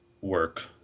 work